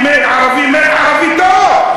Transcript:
ערבי מת, ערבי טוב.